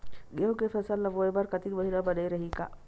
गेहूं के फसल ल बोय बर कातिक महिना बने रहि का?